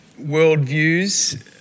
worldviews